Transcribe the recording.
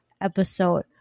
episode